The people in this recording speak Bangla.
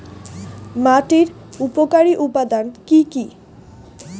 মাটির উপকারী উপাদান কি কি?